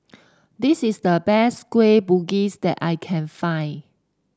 this is the best Kueh Bugis that I can find